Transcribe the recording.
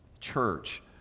church